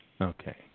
Okay